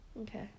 Okay